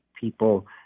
people